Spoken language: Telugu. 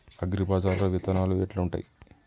అగ్రిబజార్ల విత్తనాలు ఎట్లుంటయ్?